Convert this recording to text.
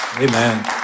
Amen